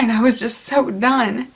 and i was just so done